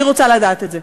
אני רוצה לדעת את זה.